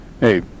Hey